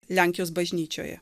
lenkijos bažnyčioje